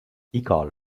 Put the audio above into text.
igal